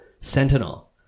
sentinel